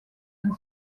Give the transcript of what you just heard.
and